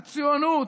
על ציונות,